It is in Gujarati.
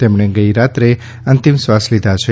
તેમણે ગઈરાત્રે અંતિમ શ્વાસ લીધા છે